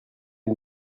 une